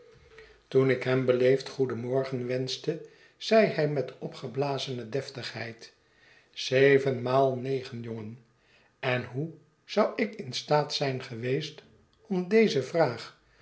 toen ik oroote verwaghtingen hem beleefd goedenmorgen wenschte zeide hij met opgeblazene deftigheid zevenmaal negen jongen en hoe zou ik in staat zijn geweest om deze vraag